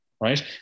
right